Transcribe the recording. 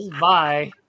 Bye